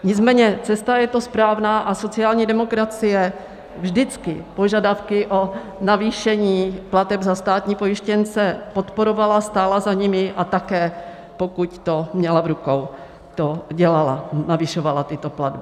Nicméně cesta je to správná a sociální demokracie vždycky požadavky na navýšení plateb za státní pojištěnce podporovala, stála za nimi, a také, pokud to měla v rukou, to dělala, navyšovala tyto platby.